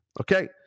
Okay